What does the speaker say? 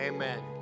Amen